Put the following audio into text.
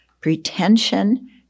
pretension